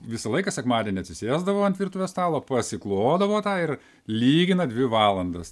visą laiką sekmadienį atsisėsdavo ant virtuvės stalo pasiklodavo tą ir lygina dvi valandas